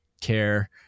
care